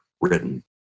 written